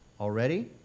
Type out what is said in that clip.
Already